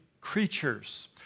creatures